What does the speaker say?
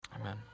amen